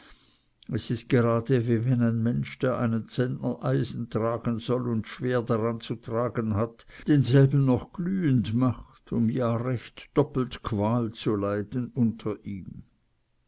es ist gerade wie wenn ein mensch der einen zentner eisen tragen soll und schwer daran zu tragen hat denselben noch glühend macht um ja recht doppelt qual zu leiden unter ihm